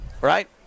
right